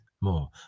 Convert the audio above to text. more